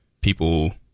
people